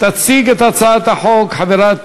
תציג את הצעת החוק חברת